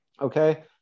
okay